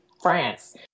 France